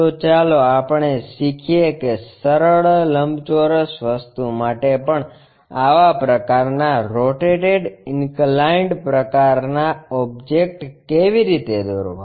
તો ચાલો આપણે શીખીએ કે સરળ લંબચોરસ વસ્તુ માટે પણ આવા પ્રકારના રોટેટેડ ઇનક્લાઇન્ડ પ્રકારના ઓબ્જેક્ટ કેવી રીતે દોરવા